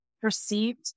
perceived